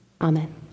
Amen